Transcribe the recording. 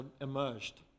emerged